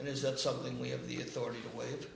is that something we have the authority the wa